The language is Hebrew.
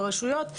ברשויות,